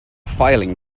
filing